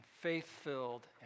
faith-filled